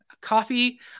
coffee